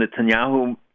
netanyahu